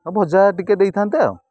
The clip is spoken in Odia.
ହଁ ଭଜା ଟିକେ ଦେଇଥାନ୍ତେ ଆଉ